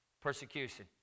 persecution